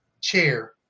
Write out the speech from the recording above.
chair